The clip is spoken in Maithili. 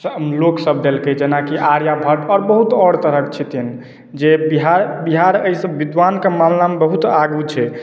लोकसभ देलकै जेनाकि आर्यावर्त आओर बहुत आओर तरहके छथिन जे बिहा बिहार एहि सभ विद्वानके मामलामे बहुत आगू छै